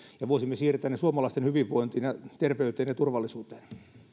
ja voisimme siirtää ne suomalaisten hyvinvointiin ja terveyteen ja turvallisuuteen